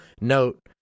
Note